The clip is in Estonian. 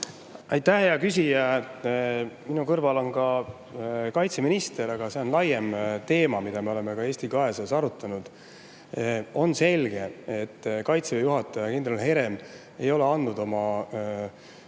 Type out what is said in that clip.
Aitäh, hea küsija! Minu kõrval on ka kaitseminister, aga see on laiem teema, mida me oleme ka Eesti 200-s arutanud. On selge, et Kaitseväe juhataja kindral Herem ei ole andnud oma